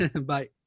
Bye